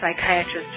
psychiatrist